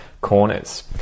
corners